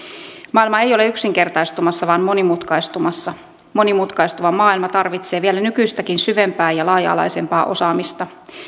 maailma ei ole yksinkertaistumassa vaan monimutkaistumassa monimutkaistuva maailma tarvitsee vielä nykyistäkin syvempää ja laaja alaisempaa osaamista